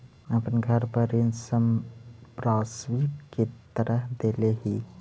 अपन घर हम ऋण संपार्श्विक के तरह देले ही